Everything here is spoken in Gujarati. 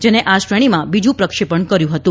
જેને આ શ્રેણીમાં બીજુ પ્રક્ષેપણ કર્યું હતું